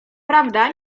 prawda